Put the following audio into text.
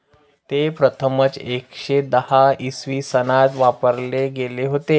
ते प्रथमच एकशे दहा इसवी सनात वापरले गेले होते